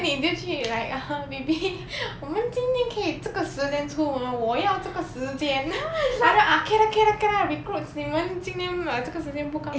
then 你就去 like err baby 我们今天可以这个时间出门我要这个时间 ah can lah can lah can lah recruits 你们今天 um 这个时间 book out